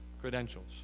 credentials